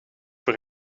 voor